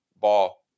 ball